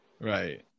Right